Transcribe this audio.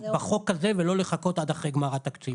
בחוק הזה ולא לחכות עד אחרי גמר התקציב.